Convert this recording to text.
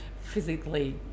physically